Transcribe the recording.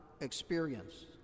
experience